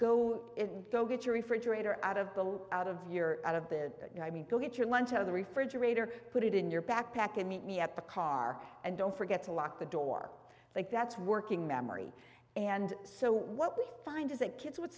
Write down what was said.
go in go get your refrigerator out of the loop out of your out of the you know i mean go get your lunch out of the refrigerator put it in your backpack and meet me at the car and don't forget to lock the door i think that's working memory and so what we find is that kids would